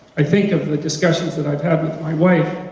i think of the discussions that i've had with my wife